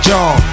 John